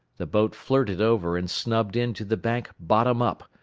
the boat flirted over and snubbed in to the bank bottom up,